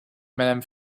madame